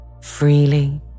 freely